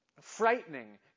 frightening